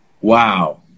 Wow